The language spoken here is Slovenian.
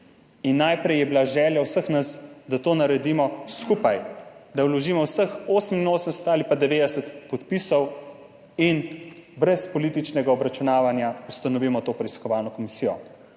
Najprej je bila želja vseh nas, da to naredimo skupaj, da vložimo vseh 88 ali pa 90 podpisov in brez političnega obračunavanja ustanovimo to preiskovalno komisijo.